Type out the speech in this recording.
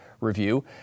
review